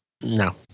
No